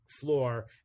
floor